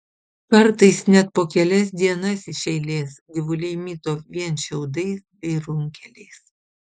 kartais net po kelias dienas iš eilės gyvuliai mito vien šiaudais bei runkeliais